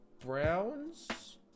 Browns